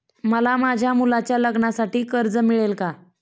मला माझ्या मुलाच्या लग्नासाठी कर्ज मिळेल का?